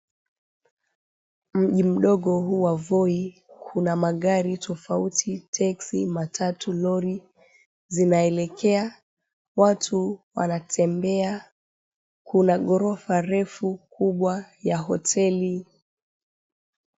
Mji mdogo huu wa Voi kuna magari tofauti texi , matatu, lori zinaelekea. Watu wanatembea, kuna ghorofa refu kubwa ya hoteli.